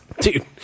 Dude